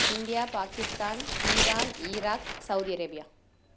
India Pakistan Iran Iraq Saudi Arabia